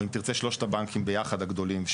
או אם תרצה שלושת הבנקים ביחד הגדולים,